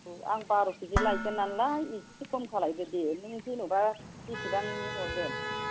औ आं बार' केजि लायगोन नालाय इसे कम खालामदो दे नों जेनेबा बेसेबांनि हरगोन